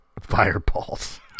Fireballs